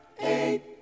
eight